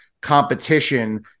competition